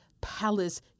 palace